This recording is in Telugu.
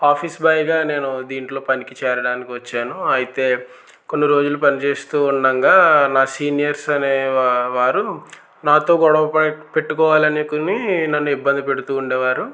ఆఫీస్ బాయ్గా నేను దీంట్లో పనికి చేరడానికి వచ్చాను అయితే కొన్ని రోజులు పని చేస్తూ ఉండగా నా సీనియర్స్ అనేవారు నాతో గొడవ పెట్టుకోవాలనుకుని నన్ను ఇబ్బంది పెడుతూ ఉండేవారు